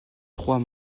trois